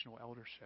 eldership